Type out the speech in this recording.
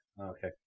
Okay